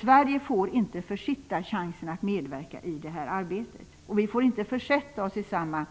Sverige får inte försitta chansen att medverka i detta arbete, och vi får inte försätta oss i samma